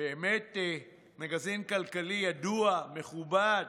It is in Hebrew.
באמת מגזין כלכלי ידוע, מכובד,